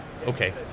Okay